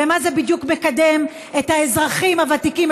במה זה בדיוק מקדם את האזרחים הוותיקים,